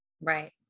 Right